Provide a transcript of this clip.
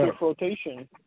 rotation